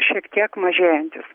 šiek tiek mažėjantis